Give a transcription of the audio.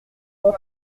pas